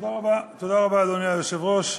אדוני היושב-ראש,